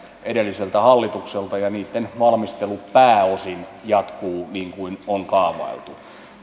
edelliseltä hallitukselta ja niitten valmistelu pääosin jatkuu niin kuin on kaavailtu